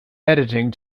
editing